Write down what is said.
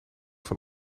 van